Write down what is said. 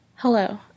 Hello